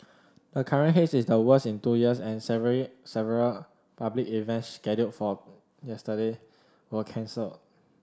the current haze is the worst in two years and several public events scheduled for yesterday were cancelled